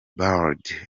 bird